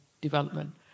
development